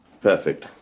Perfect